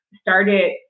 started